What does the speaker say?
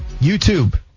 YouTube